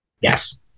Yes